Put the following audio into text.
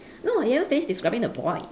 no you haven't finished describing the boy